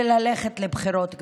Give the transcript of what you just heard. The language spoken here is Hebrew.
וללכת לבחירות כבר.